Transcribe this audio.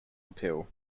appeal